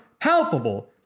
palpable